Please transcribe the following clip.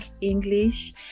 English